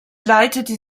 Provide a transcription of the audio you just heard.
leitete